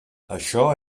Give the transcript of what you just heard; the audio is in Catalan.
això